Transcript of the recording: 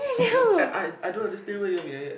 ya I I I don't understand what you mean